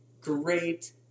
great